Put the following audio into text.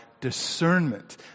discernment